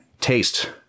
Taste